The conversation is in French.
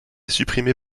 supprimée